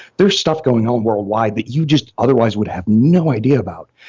there's stuff going on worldwide that you just otherwise would have no idea about.